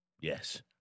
Yes